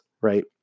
right